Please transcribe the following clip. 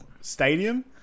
stadium